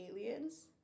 aliens